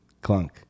clunk